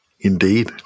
Indeed